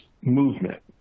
movement